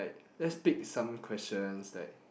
let's pick some questions like